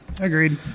Agreed